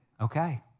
okay